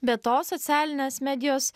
be to socialinės medijos